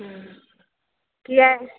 हम किए